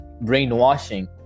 brainwashing